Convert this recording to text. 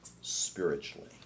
spiritually